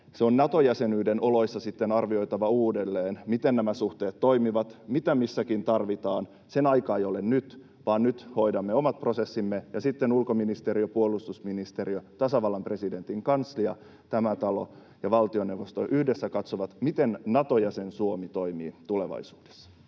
se on Nato-jäsenyyden oloissa sitten arvioitava uudelleen, miten nämä suhteet toimivat, mitä missäkin tarvitaan. Sen aika ei ole nyt, vaan nyt hoidamme omat prosessimme ja sitten ulkoministeriö, puolustusministeriö, tasavallan presidentin kanslia, tämä talo ja valtioneuvosto yhdessä katsovat, miten Nato-jäsen Suomi toimii tulevaisuudessa.